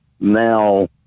now